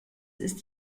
ist